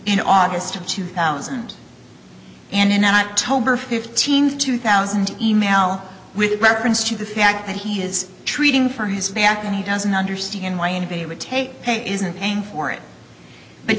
in august of two thousand and in october fifteenth two thousand e mail with reference to the fact that he is treating for his back and he doesn't understand why anybody would take pain isn't paying for it but